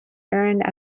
earned